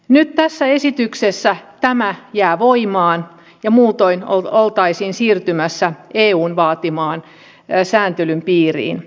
nyt tässä esityksessä tämä jää voimaan ja muutoin oltaisiin siirtymässä eun vaatiman sääntelyn piiriin